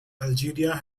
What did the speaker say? algeria